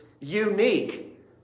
unique